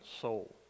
soul